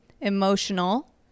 emotional